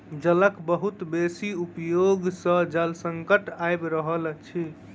जलक बहुत बेसी उपयोग सॅ जल संकट आइब रहल अछि